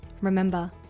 remember